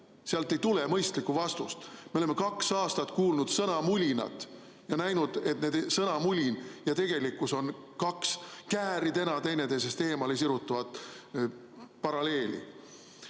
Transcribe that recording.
Sealt ei tule mõistlikku vastust. Me oleme kaks aastat kuulnud sõnamulinat ja näinud, et sõnamulin ja tegelikkus on kaks kääridena teineteisest eemale sirutuvat paralleeli.